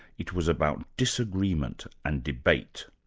it was about disagreement and debate.